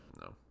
No